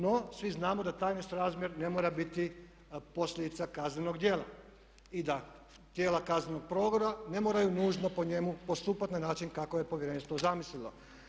No, svi znamo da taj nesrazmjer ne mora biti posljedica kaznenog djela i da tijela kaznenog progona ne moraju nužno po njemu postupati na način kako je povjerenstvo zamislilo.